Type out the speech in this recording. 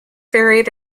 varied